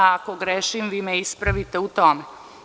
Ako grešim, vi me ispravite u tome.